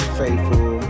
faithful